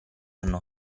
anno